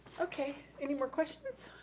okay, any more questions?